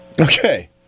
Okay